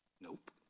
Nope